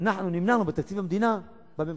אנחנו נמנענו בהצבעה על תקציב המדינה בממשלה.